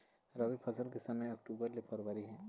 रबी फसल के समय ह अक्टूबर ले फरवरी हे